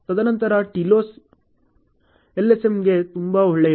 ತದನಂತರ TILOS ಎಲ್ಎಸ್ಎಮ್ಗೆ ತುಂಬಾ ಒಳ್ಳೆಯದು